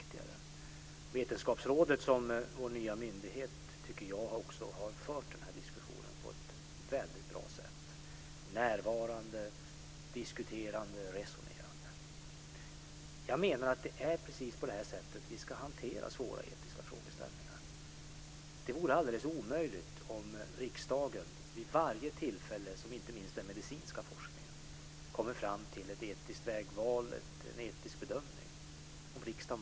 Jag tycker också att Vetenskapsrådet som vår nya myndighet har fört den här diskussionen på ett väldigt bra sätt - närvarande, diskuterande och resonerande. Jag menar att det är precis på det här sättet vi ska hantera svåra etiska frågeställningar. Det vore alldeles omöjligt om riksdagen kopplades in vid varje tillfälle som inte minst den medicinska forskningen kommer fram till ett etiskt vägval eller en etisk bedömning.